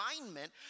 alignment